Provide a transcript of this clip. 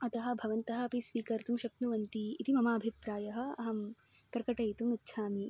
अतः भवन्तः अपि स्वीकर्तुं शक्नुवन्ति इति मम अभिप्रायः अहं प्रकटयितुम् इच्छामि